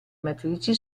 matrici